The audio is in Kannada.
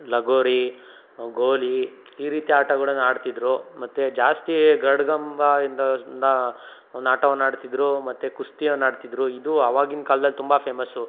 ಲಗೋರಿ ಗೋಲಿ ಈ ರೀತಿ ಆಟಗಳನ್ ಆಡ್ತಿದ್ದರು ಮತ್ತು ಜಾಸ್ತಿ ಗರುಡಗಂಬ ಇಂಥದನ್ನ ವನ್ ಆಟವನ್ನಾಡ್ತಿದ್ದರು ಮತ್ತು ಕುಸ್ತಿಯನ್ನಾಡ್ತಿದ್ದರು ಇದು ಆವಾಗಿನ ಕಾಲ್ದಲ್ಲಿ ತುಂಬ ಫೇಮಸ್ಸು